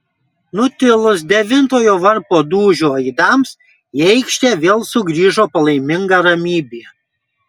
nutilus devintojo varpo dūžio aidams į aikštę vėl sugrįžo palaiminga ramybė